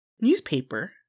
newspaper